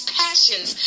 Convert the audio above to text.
passions